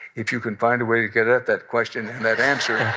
if you can find a way to get at that question and that answer.